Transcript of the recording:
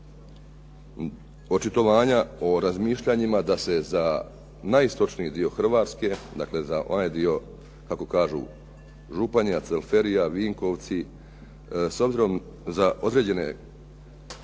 očitovanja o razmišljanjima da se za najistočniji dio Hrvatske, dakle za onaj dio kako kažu Županja, Cvelferija, Vinkovci s obzirom za određene